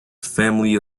family